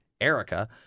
Erica